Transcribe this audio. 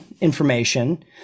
information